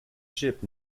ship